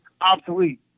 obsolete